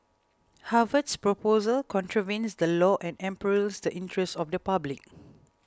Harvard's proposal contravenes the law and imperils the interest of the public